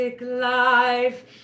Life